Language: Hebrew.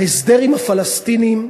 ההסדר עם הפלסטינים,